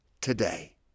today